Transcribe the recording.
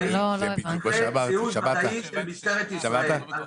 זיהוי ודאי זה ממשטרת ישראל.